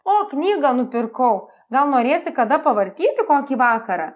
o knygą nupirkau gal norėsi kada pavartyti kokį vakarą